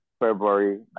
February